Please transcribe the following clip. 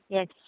Yes